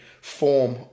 form